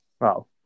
Wow